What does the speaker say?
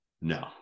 No